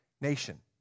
nation